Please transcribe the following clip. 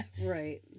Right